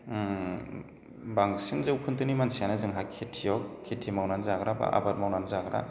बांसिन जौखोन्दोनि मानसियानो जोंहा खेथियग खेथि मावनानै जाग्रा बा आबाद मावनानै जाग्रा